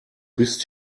bist